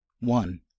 one